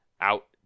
out